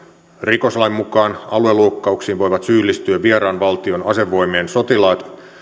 rikoslain mukaan alueloukkauksiin voivat syyllistyä vieraan valtion asevoimien sotilaat